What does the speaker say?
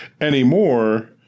Anymore